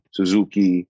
Suzuki